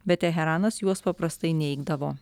bet teheranas juos paprastai neigdavo